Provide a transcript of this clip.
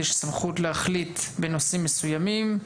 יש סמכות להחליט בנושא מסוים,